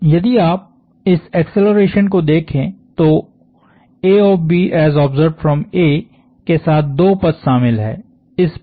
यदि आप इस एक्सेलरेशन को देखें तो के साथ दो पद शामिल हैं